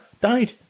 died